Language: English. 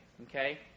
okay